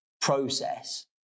process